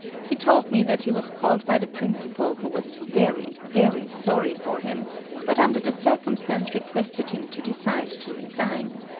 he told me that he was called by the principal who was very, very sorry for him but under the circumstance requested him to decide to resign.